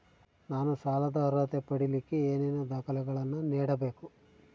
ನಾನು ಸಾಲದ ಅರ್ಹತೆ ಪಡಿಲಿಕ್ಕೆ ಏನೇನು ದಾಖಲೆಗಳನ್ನ ನೇಡಬೇಕು?